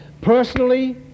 personally